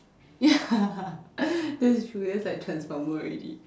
ya that is true that is like transformer already